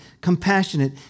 compassionate